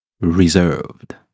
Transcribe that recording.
Reserved